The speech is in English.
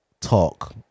talk